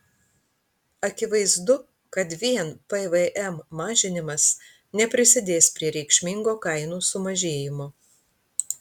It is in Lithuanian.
akivaizdu kad vien pvm mažinimas neprisidės prie reikšmingo kainų sumažėjimo